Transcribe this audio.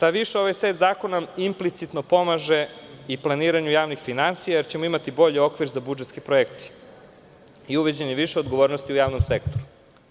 Ovaj set zakona implicitno pomaže i planiranju javnih finansija, jer ćemo imati bolji okvir za budžetske projekcije i uvođenje više odgovornosti u javnom sektoru.